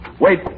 Wait